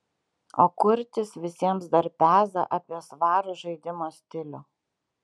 o kurtis visiems dar peza apie svarų žaidimo stilių